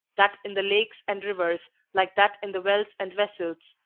that in the lakes and rivers, like that in the wells and vessels,